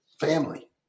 family